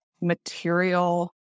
material